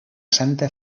santa